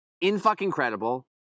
in-fucking-credible